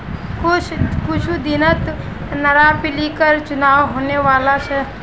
कुछू दिनत नगरपालिकर चुनाव होने वाला छ